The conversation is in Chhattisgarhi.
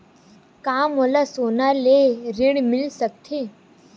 का मोला सोना ले ऋण मिल सकथे?